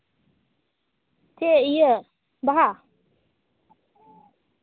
ᱪᱮᱫ ᱤᱭᱟᱹ ᱵᱟᱦᱟ